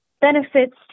Benefits